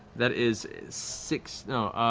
that is is six, no,